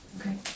okay